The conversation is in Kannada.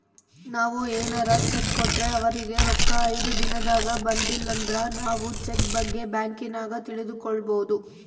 ನಾವು ಏನಾರ ಚೆಕ್ ಕೊಟ್ರೆ ಅವರಿಗೆ ರೊಕ್ಕ ಐದು ದಿನದಾಗ ಬಂದಿಲಂದ್ರ ನಾವು ಚೆಕ್ ಬಗ್ಗೆ ಬ್ಯಾಂಕಿನಾಗ ತಿಳಿದುಕೊಬೊದು